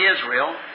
Israel